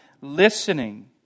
listening